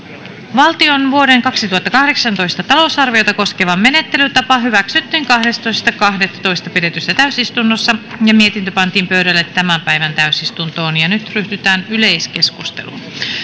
valtion vuoden kaksituhattakahdeksantoista talousarviota koskeva menettelytapa hyväksyttiin kahdestoista kahdettatoista kaksituhattaseitsemäntoista pidetyssä täysistunnossa ja mietintö pantiin pöydälle tämän päivän täysistuntoon nyt ryhdytään yleiskeskusteluun